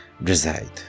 reside